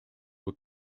were